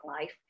life